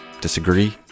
Disagree